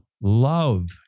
love